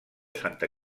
santa